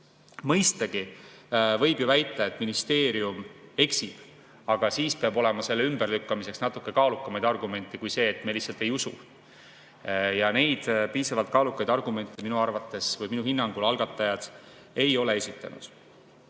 Mõistagi võib ju väita, et ministeerium eksib, aga siis peab olema selle ümberlükkamiseks natuke kaalukamaid argumente kui see, et me lihtsalt ei usu. Neid piisavalt kaalukaid argumente minu hinnangul algatajad ei ole esitanud.